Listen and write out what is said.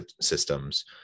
systems